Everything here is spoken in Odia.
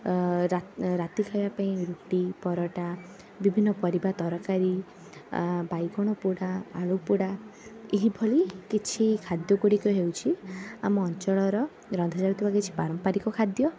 ରାତ ରାତି ଖାଇବା ପାଇଁ ରୁଟି ପରଟା ବିଭିନ୍ନ ପରିବା ତରକାରୀ ବାଇଗଣ ପୋଡ଼ା ଆଳୁ ପୋଡ଼ା ଏହିଭଳି କିଛି ଖାଦ୍ୟଗୁଡ଼ିକ ହେଉଛି ଆମ ଅଞ୍ଚଳର ରନ୍ଧା ଯାଉଥିବା କିଛି ପାରମ୍ପାରିକ ଖାଦ୍ୟ